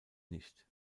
nicht